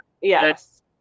Yes